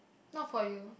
not for you